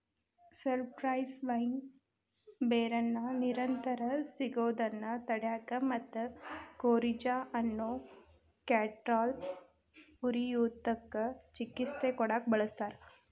cypress vine ಬೇರನ್ನ ನಿರಂತರ ಸಿನೋದನ್ನ ತಡ್ಯಾಕ ಮತ್ತ ಕೋರಿಜಾ ಅನ್ನೋ ಕ್ಯಾಟರಾಲ್ ಉರಿಯೂತಕ್ಕ ಚಿಕಿತ್ಸೆ ಕೊಡಾಕ ಬಳಸ್ತಾರ